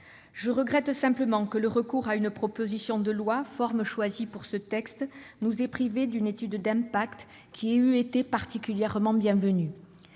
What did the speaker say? Je regrette simplement que le recours à une proposition de loi, forme choisie pour ce texte, nous ait privés d'une étude d'impact qui eût été particulièrement bienvenue.